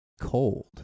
cold